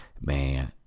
man